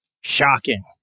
shocking